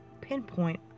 pinpoint